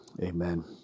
amen